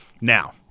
Now